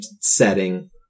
setting